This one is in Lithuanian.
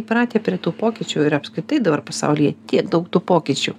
įpratę prie tų pokyčių ir apskritai dabar pasaulyje tiek daug tų pokyčių